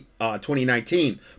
2019